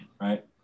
right